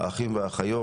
האחים והאחיות.